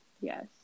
Yes